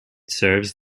serves